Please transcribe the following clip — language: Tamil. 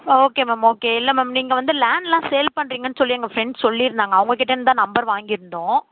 ஓகே மேம் ஓகே இல்லை மேம் நீங்கள் வந்து லேண்ட் எல்லாம் சேல் பண்ணுறிங்கன்னு சொல்லி எங்கள் ப்ரெண்ட்ஸ் சொல்லிருந்தாங்க அவங்ககிட்டேருந்து தான் நம்பர் வாங்கிருந்தோம்